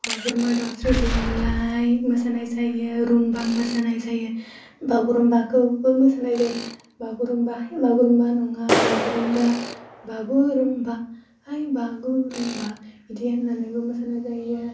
बागुरुम्बा दावस्रि देलाइ मोसानाय जायो रुम्बां मोसानाय जायो बागुरुम्बाखौबो मोसानाय जायो बागुरुम्बा बागुरुम्बा नङा बागुरुम्बा बागुरुम्बा हाय बागुरुम्बा बिदि होन्नानैबो मोसानाय जायो